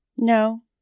No